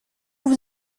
vous